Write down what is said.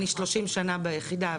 אני 30 שנים ביחידה,